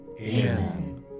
Amen